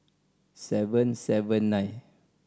seven seven nine